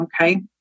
Okay